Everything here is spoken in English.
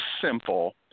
simple